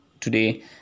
today